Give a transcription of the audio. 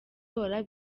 kandi